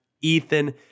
Ethan